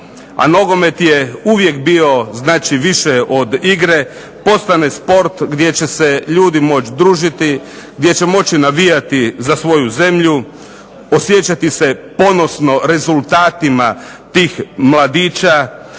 a nogomet je uvijek bio više od igre postane sport gdje će se ljudi moći družiti, gdje će moći navijati za svoju zemlju, osjećati se ponosno rezultatima tih mladića,